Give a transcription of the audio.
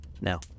Now